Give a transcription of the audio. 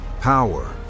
power